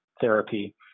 therapy